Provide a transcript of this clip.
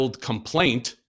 complaint